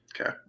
Okay